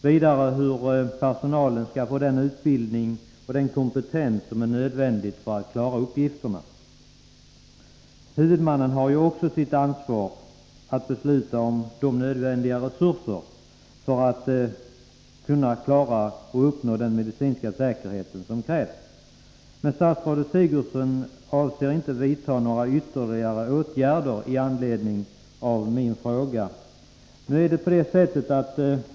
Vidare har hon redogjort för reglerna hur personalen skall få den utbildning och den kompetens som är nödvändiga för att klara uppgifterna. Huvudmannen har ju också sitt ansvar att besluta om de nödvändiga resurserna för att uppnå den medicinska säkerhet som krävs. Statsrådet Sigurdsen avser inte att vidta några åtgärder i anledning av min fråga.